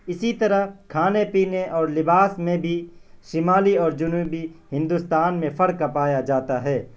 اسی طرح کھانے پینے اور لباس میں بھی شمالی اور جنوبی ہندوستان میں فرق پایا جاتا ہے